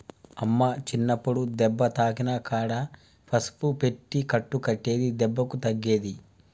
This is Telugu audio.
అమ్మ చిన్నప్పుడు దెబ్బ తాకిన కాడ పసుపు పెట్టి కట్టు కట్టేది దెబ్బకు తగ్గేది